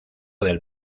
del